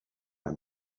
and